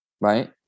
Right